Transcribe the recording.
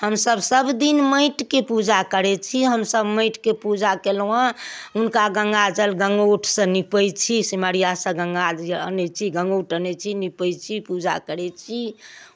हमसब सभ दिन माटिके पूजा करैत छी हमसब माटिके पूजा कयलहुँ हँ हुनका गङ्गा जल गङ्गौटसँ निपैत छी सिमरिआसँ गङ्गाजल अनैत छी गङ्गौट अनैत छी निपैत छी पूजा करैत छी